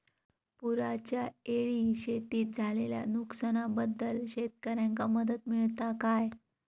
पुराच्यायेळी शेतीत झालेल्या नुकसनाबद्दल शेतकऱ्यांका मदत मिळता काय?